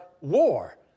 war